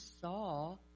saw